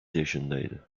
yaşındaydı